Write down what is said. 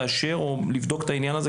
לאשר או לבדוק את העניין הזה?